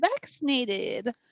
vaccinated